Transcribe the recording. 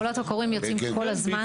הקולות הקוראים יוצאים כל הזמן,